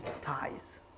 ties